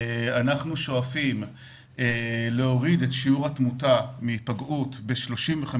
אנחנו שואפים להוריד את שיעור התמותה מהיפגעות ב-35%.